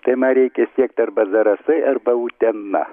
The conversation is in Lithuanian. tai man reikia siekti arba zarasai arba utena